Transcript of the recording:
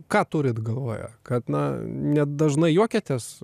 ką turit galvoje kad na ne dažnai juokiatės